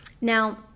Now